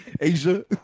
Asia